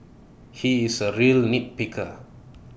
he is A real nitpicker